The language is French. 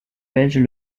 belges